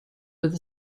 with